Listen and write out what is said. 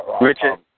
Richard